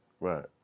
Right